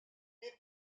les